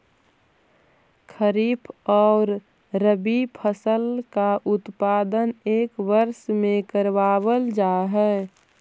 खरीफ और रबी फसल का उत्पादन एक वर्ष में करावाल जा हई